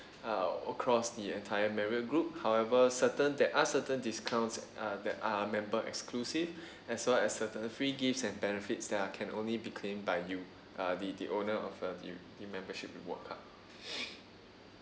uh across the entire marriot group however certain there are certain discounts uh that are member exclusive as long as certain free gifts and benefits that are can only be claimed by you uh the the owner of uh the the membership reward card